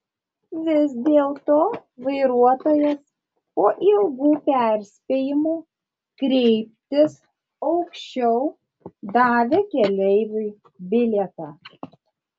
vis dėlto vairuotojas po ilgų perspėjimų kreiptis aukščiau davė keleiviui bilietą